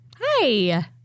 Hi